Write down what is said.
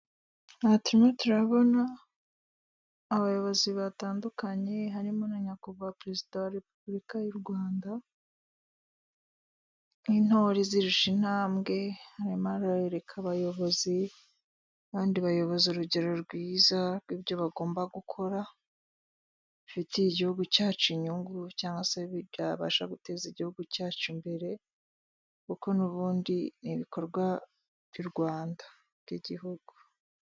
Aha turimo turabona abayobozi batandukanye harimo na nyakubahwa perezida wa repubulika y'u Rwanda nk'intore izirusha intambwe, arimo arereka abayobozi abandi bayobozi urugero rwiza rw'ibyo bagomba gukora bifitiye igihugu cyacu inyungu cyangwa se byabasha guteza igihugu cyacu imbere kuko n'ubundi ni ibikorwa by' u Rwanda by'igihugu.